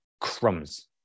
crumbs